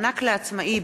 העצמאות),